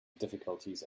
difficulties